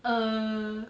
err